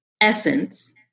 essence